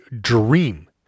dream